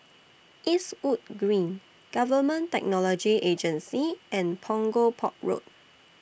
Eastwood Green Government Technology Agency and Punggol Port Road